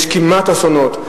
יש כמעט-אסונות.